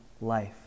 life